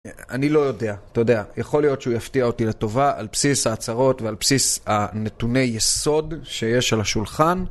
אני לא יודע, אתה יודע, יכול להיות שהוא יפתיע אותי לטובה על בסיס ההצהרות ועל בסיס הנתוני יסוד שיש על השולחן